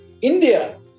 india